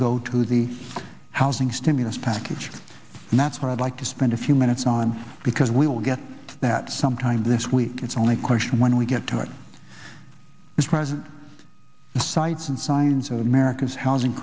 go to the housing stimulus package and that's what i'd like to spend a few minutes on because we will get that sometime this week it's only question when we get to it is present the sites and signs of america's housing